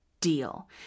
deal